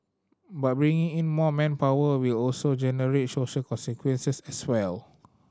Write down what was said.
but bringing in more manpower will also generate social consequences as well